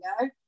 go